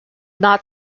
not